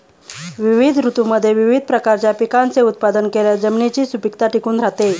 विविध ऋतूंमध्ये विविध प्रकारच्या पिकांचे उत्पादन केल्यास जमिनीची सुपीकता टिकून राहते